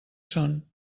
són